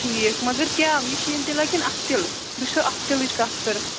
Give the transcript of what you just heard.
ٹھیٖک مگر کیٛاہ مِشیٖن تِلا کِنہٕ اَتھٕ تِلہٕ بہٕ چھَسو اَتھٕ تِلٕچ کَتھ کَران